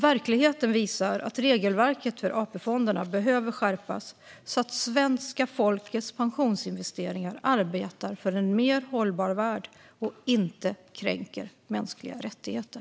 Verkligheten visar att regelverket för AP-fonderna behöver skärpas så att svenska folkets pensionsinvesteringar arbetar för en mer hållbar värld och inte kränker mänskliga rättigheter.